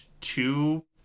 two